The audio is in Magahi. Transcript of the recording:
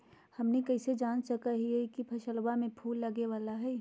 हमनी कइसे जान सको हीयइ की फसलबा में फूल लगे वाला हइ?